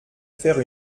faire